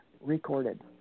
recorded